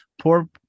poor